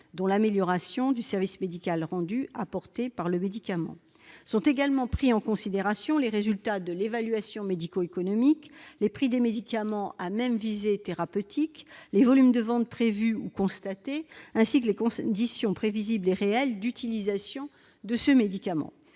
dont l'amélioration du service médical rendu. Sont également pris en considération les résultats de l'évaluation médico-économique, le prix des médicaments à même visée thérapeutique, les volumes de ventes prévus ou constatés, ainsi que les conditions prévisibles et réelles d'utilisation du médicament.